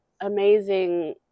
amazing